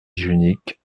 junique